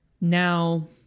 Now